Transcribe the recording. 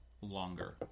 longer